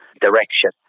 direction